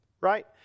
right